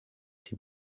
die